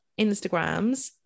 Instagrams